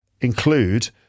include